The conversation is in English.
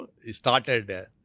started